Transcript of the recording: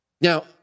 Now